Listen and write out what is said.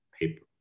paper